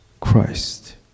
Christ